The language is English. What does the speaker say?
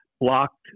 blocked